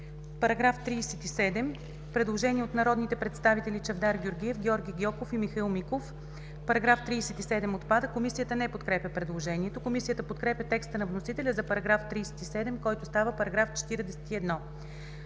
По § 37 има предложение от народните представители Чавдар Георгиев, Георги Гьоков и Михаил Миков: § 37 отпада. Комисията не подкрепя предложението. Комисията подкрепя текста на вносителя за § 37, който става § 41.